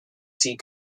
sea